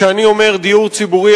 כשאני אומר "דיור ציבורי",